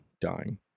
dying